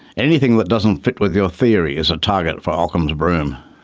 anything that doesn't fit with your theory is a target for ockham's broom.